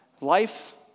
life